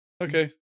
Okay